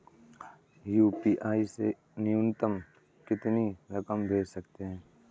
UPI से न्यूनतम कितनी रकम भेज सकते हैं?